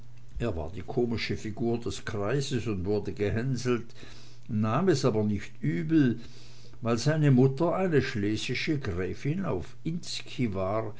er war die komische figur des kreises und wurde gehänselt nahm es aber nicht übel weil seine mutter eine schlesische gräfin auf inski